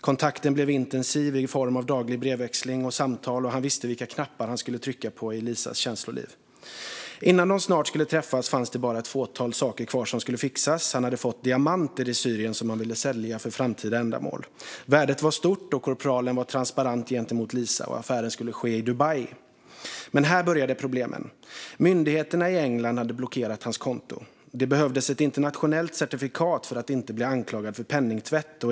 Kontakten blev intensiv i form av daglig brevväxling och samtal, och han visste vilka knappar han skulle trycka på i Lisas känsloliv. Innan de snart skulle träffas fanns det bara ett fåtal saker kvar som skulle fixas. Han hade fått diamanter i Syrien som han ville sälja för framtida ändamål. Värdet var stort. Korpralen var transparent gentemot Lisa, och affären skulle ske i Dubai. Men här började problemen. Myndigheterna i England hade blockerat hans konto. Det behövdes ett internationellt certifikat för att inte bli anklagad för penningtvätt.